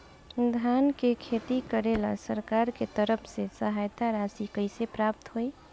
धान के खेती करेला सरकार के तरफ से सहायता राशि कइसे प्राप्त होइ?